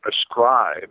ascribe